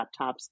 laptops